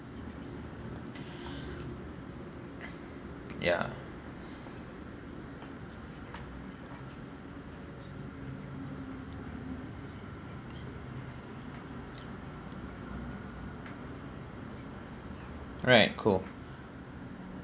ya right cool